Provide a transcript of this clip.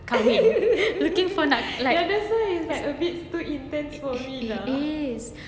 come here looking for like eh it is